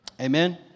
Amen